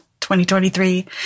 2023